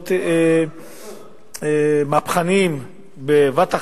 להיות מהפכניים בבת אחת,